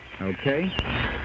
Okay